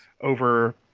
over